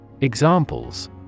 Examples